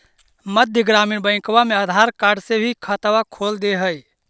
मध्य ग्रामीण बैंकवा मे आधार कार्ड से भी खतवा खोल दे है?